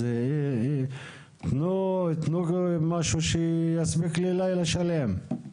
אז תנו משהו שיספיק ללילה שלם,